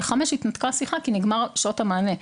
ב-17:00 התנתקה השיחה כי נגמרו שעות המענה.